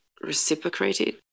reciprocated